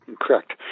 Correct